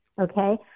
okay